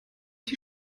die